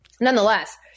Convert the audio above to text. nonetheless